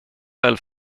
väl